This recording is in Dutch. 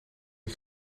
die